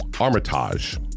Armitage